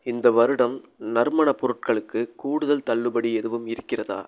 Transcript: இந்த வருடம் நறுமணப் பொருட்களுக்கு கூடுதல் தள்ளுபடி எதுவும் இருக்கிறதா